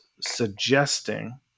suggesting